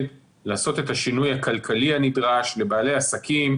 לעשות את השינוי הכלכלי הנדרש לבעלי עסקים,